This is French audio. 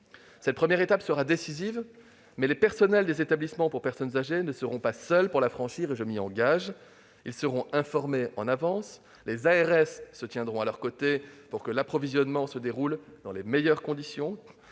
Cette première étape sera décisive, mais les personnels des établissements pour personnes âgées ne seront pas seuls pour la franchir- je m'y engage. Ils seront informés à l'avance et les Agences régionales de santé, les ARS, se tiendront à leurs côtés pour que l'approvisionnement se déroule dans les meilleures conditions.